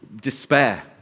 despair